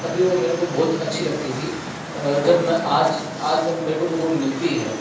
तब भी वो मेरे के बहुत अच्छी लगती थी जब मैं आज आज जब मेरे को जब वो मिलती है